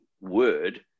word